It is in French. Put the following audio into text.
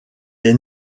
est